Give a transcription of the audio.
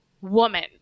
woman